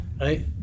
right